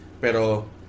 pero